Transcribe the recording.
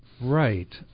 Right